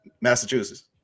Massachusetts